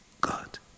God